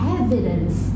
evidence